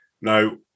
Now